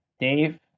Dave